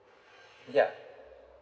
yup